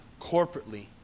corporately